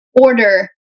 order